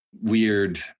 weird